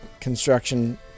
construction